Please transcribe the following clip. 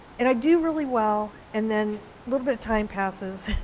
and i do really well and then little bit of time passes,